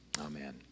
Amen